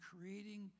creating